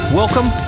welcome